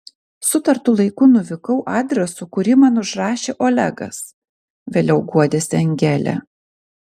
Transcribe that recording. sutartu laiku nuvykau adresu kurį man užrašė olegas vėliau guodėsi angelė